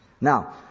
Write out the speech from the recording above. Now